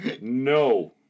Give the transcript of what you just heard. No